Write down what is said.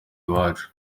iwacu